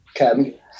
Okay